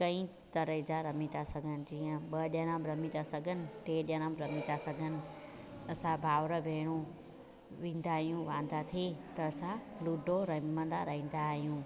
कई तरह जा रमी था सघनि जीअं ॿ ॼणा रमी था सघनि टे ॼणा बि रमी था सघनि असां भावर भेणूं वेदां आहियूं वांदा थी त असां लूडो रमंदा रहंदा आहियूं